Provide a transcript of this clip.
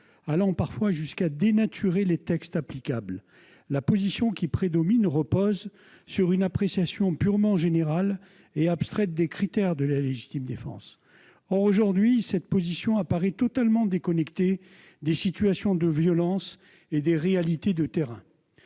allant parfois jusqu'à dénaturer les textes applicables. La position qui prédomine repose sur une appréciation purement générale et abstraite des critères de la légitime défense. Or elle paraît totalement déconnectée des situations de violence et des réalités du terrain.